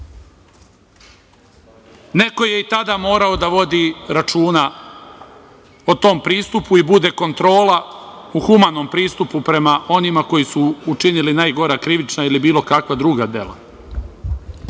Neko je i tada morao da vodi računa o tom pristupu i bude kontrola u humanom pristupu prema onima koji su učinili najgora krivična ili bilo kakva druga